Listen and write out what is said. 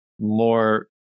more